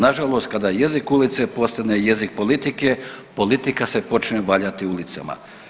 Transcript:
Nažalost kada jezik ulice postane jezik politike, politika se počne valjati ulicama.